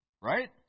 Right